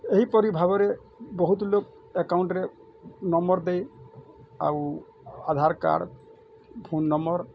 ଏହିପରି ଭାବରେ ବହୁତ ଲୋକ୍ ଏକାଉଣ୍ଟରେ ନମ୍ବର୍ ଦେଇ ଆଉ ଆଧାର୍ କାର୍ଡ଼୍ ଫୋନ୍ ନମ୍ବର୍